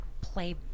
play